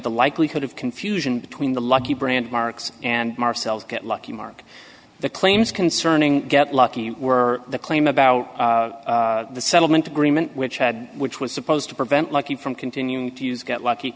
the likelihood of confusion between the lucky brand marks and marcel's get lucky mark the claims concerning get lucky were the claim about the settlement agreement which had which was supposed to prevent lucky from continuing to use get lucky